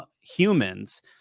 humans